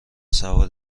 سوار